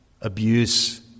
abuse